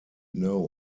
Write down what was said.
know